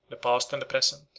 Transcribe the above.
the past and the present,